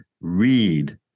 read